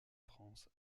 france